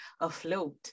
afloat